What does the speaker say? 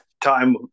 time